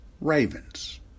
Ravens